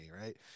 right